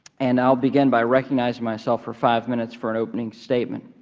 and i will begin by recognizing myself for five minutes for an opening statement.